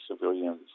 civilians